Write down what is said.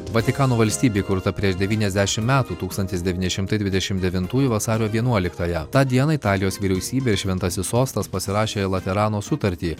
vatikano valstybė įkurta prieš devyniasdešimt metų tūkstantis devyni šimtai dvidešimt devintųjų vasario vienuoliktąją tą dieną italijos vyriausybė ir šventasis sostas pasirašė laterano sutartį